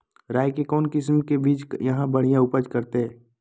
राई के कौन किसिम के बिज यहा बड़िया उपज करते?